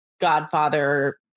godfather